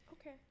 Okay